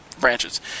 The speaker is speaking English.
branches